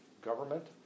government